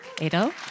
Adele